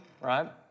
right